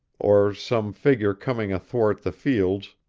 or some figure coming athwart the fields,